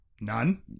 None